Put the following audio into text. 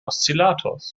oszillators